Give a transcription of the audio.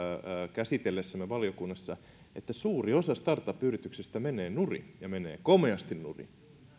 käsitellessämme valiokunnassa että suuri osa startup yrityksistä menee nurin ja menee komeasti nurin